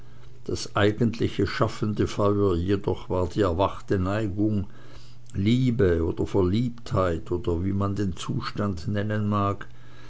das eigentliche schaffende feuer jedoch war die erwachte neigung liebe oder verliebtheit oder wie man den zustand nennen mag